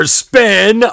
spin